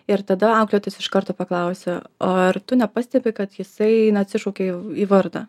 ir tada auklėtojas iš karto paklausė ar tu nepastebi kad jisai neatsišaukia į į vardą